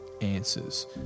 answers